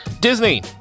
Disney